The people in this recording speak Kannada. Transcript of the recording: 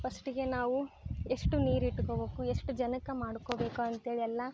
ಪಸ್ಟಿಗೆ ನಾವು ಎಷ್ಟು ನೀರು ಇಟ್ಕೊಳ್ಬೇಕು ಎಷ್ಟು ಜನಕ್ಕೆ ಮಾಡ್ಕೊಳ್ಬೇಕು ಅಂಥೇಳಿ ಎಲ್ಲ